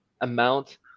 amount